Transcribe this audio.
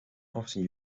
often